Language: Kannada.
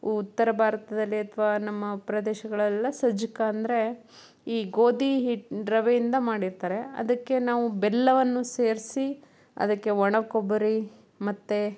ಉತ್ತರ ಭಾರತದಲ್ಲಿ ಅಥವಾ ನಮ್ಮ ಪ್ರದೇಶಗಳಲ್ಲೆಲ್ಲ ಸಜ್ಜಕ ಅಂದರೆ ಈ ಗೋಧಿ ಹಿಟ್ಟು ರವೆಯಿಂದ ಮಾಡಿರ್ತಾರೆ ಅದಕ್ಕೆ ನಾವು ಬೆಲ್ಲವನ್ನು ಸೇರಿಸಿ ಅದಕ್ಕೆ ಒಣ ಕೊಬ್ಬರಿ ಮತ್ತೆ